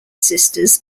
sisters